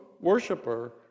worshiper